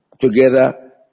together